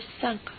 sunk